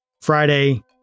Friday